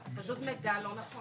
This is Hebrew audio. מצטערת, פשוט מידע לא נכון.